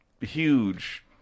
huge